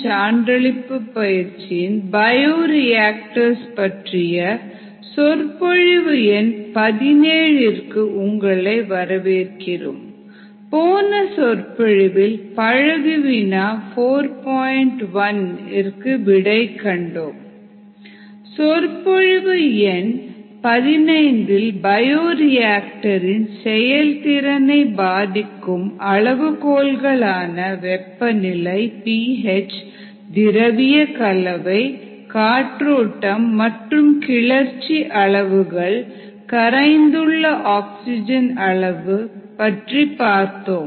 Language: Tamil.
சொற்பொழிவு எண் 15 பயோரியாக்டர் இன் செயல்திறனை பாதிக்கும் அளவுகோல் களான வெப்பநிலை பி எச் திரவிய கலவை காற்றோட்டம் மற்றும் கிளர்ச்சி அளவுகள் கரைந்துள்ள ஆக்ஸிஜன் அளவு பற்றி பார்த்தோம்